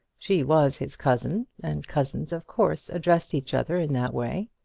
she was his cousin, and cousins of course addressed each other in that way.